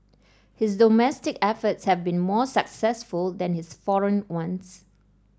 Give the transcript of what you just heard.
his domestic efforts have been more successful than his foreign ones